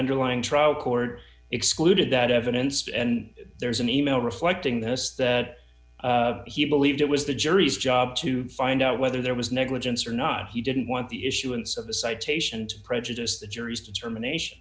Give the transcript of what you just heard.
underlying trial court excluded that evidence and there's an email reflecting this that he believed it was the jury's job to find out whether there was negligence or not he didn't want the issuance of the citation to prejudice the jury's determination